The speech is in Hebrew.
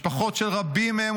משפחות של רבים מהם,